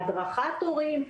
להדרכת הורים.